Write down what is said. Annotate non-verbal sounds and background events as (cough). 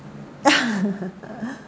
(laughs)